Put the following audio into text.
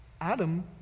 Adam